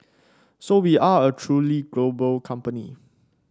so we are a truly global company